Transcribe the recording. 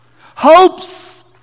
Hope's